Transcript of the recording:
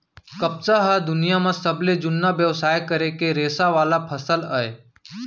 कपसा ह दुनियां म सबले जुन्ना बेवसाय करे के रेसा वाला फसल अय